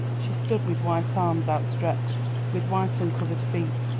she stood with white arms outstretched, with white uncovered feet,